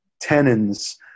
tenons